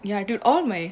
ya I did all my